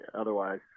otherwise